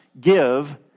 give